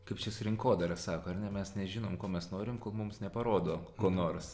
kaip čia su rinkodara sako ar ne mes nežinom ko mes norim kol mums neparodo ko nors